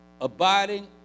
abiding